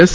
S